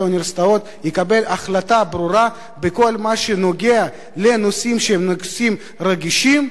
האוניברסיטאות יקבל החלטה ברורה בכל הנוגע לנושאים רגישים,